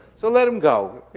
so, let him go.